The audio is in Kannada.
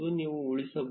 ನೀವು ಉಳಿಸಬಹುದು